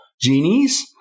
genie's